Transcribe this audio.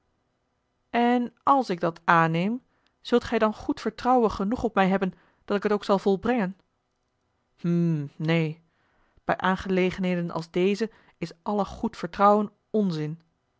en als ik dat aanneem zult gij dan goed vertrouwen genoeg op mij hebben dat ik het ook zal volbrengen hm neen bij aangelegenheden als deze is alle goed vertrouwen onzin